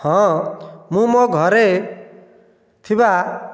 ହଁ ମୁଁ ମୋ' ଘରେ ଥିବା